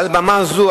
מעל הבמה הזאת,